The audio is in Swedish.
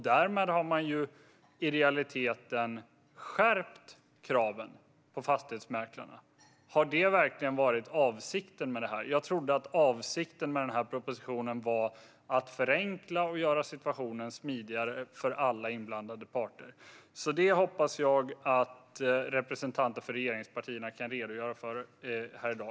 Därmed har man i realiteten skärpt kraven på fastighetsmäklarna. Har det verkligen varit avsikten? Jag trodde att avsikten med den här propositionen var att förenkla och göra situationen smidigare för alla inblandade parter. Det hoppas jag därför att representanter för regeringspartierna kan redogöra för här i dag.